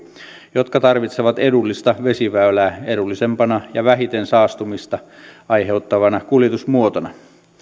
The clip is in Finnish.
jotka tarvitsevat edullista vesiväylää edullisempana ja vähiten saastumista aiheuttavana kuljetusmuotona